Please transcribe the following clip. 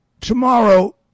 tomorrow